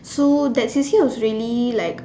so that C_C_A was really like